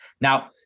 Now